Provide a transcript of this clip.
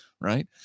right